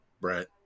Brett